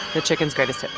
the chicken's greatest hits.